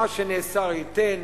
מה שנאסר ייתן,